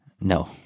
No